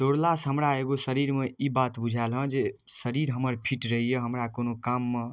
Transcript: दौड़लासँ हमरा एगो शरीरमे ई बात बुझाएल हँ जे शरीर हमर फिट रहैए हमरा कोनो काममे